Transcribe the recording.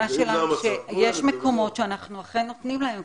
התשובה שלנו היא שיש מקומות שאנחנו אכן נותנים להם,